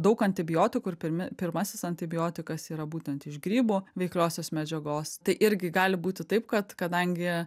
daug antibiotikų ir pirmi pirmasis antibiotikas yra būtent iš grybų veikliosios medžiagos tai irgi gali būti taip kad kadangi